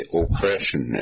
oppression